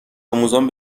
آموزان